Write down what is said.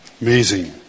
Amazing